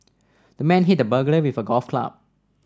the man hit the burglar with a golf club